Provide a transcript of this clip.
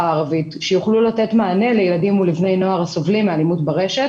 הערבית שיוכלו לתת מענה לילדים ובני נוער שסובלים מאלימות ברשת